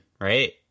right